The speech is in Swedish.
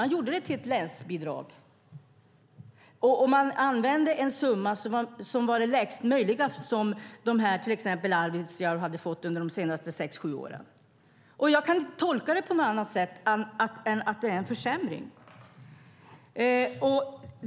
Man gjorde det till ett länsbidrag, och man använde en summa som var den lägsta möjliga som till exempel Arvidsjaur hade fått under de senaste sex sju åren. Jag kan inte tolka det på något annat sätt än att det är en försämring.